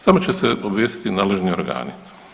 Samo će se obavijestiti nadležni organi.